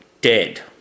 dead